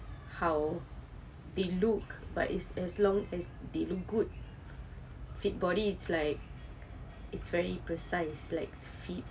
how they look but it's as long as they look good fit body it's like it's very precise like it's fit